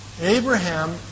Abraham